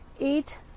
Eight